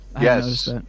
Yes